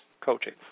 coaching